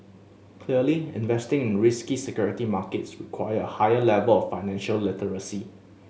clearly investing in risky security markets require a higher level of financial literacy